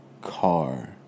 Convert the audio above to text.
car